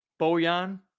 Boyan